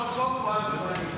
כועס.